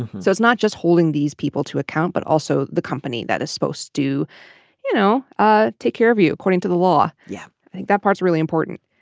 so it's not just holding these people to account but also the company that is supposed to you know ah take care of you according to the law. yeah i think that part's really important.